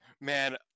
man